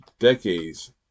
Decades